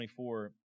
24